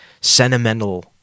sentimental